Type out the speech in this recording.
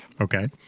Okay